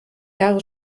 jahre